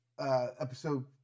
Episode